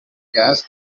gas